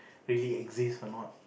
really exist or not